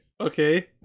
Okay